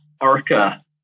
ARCA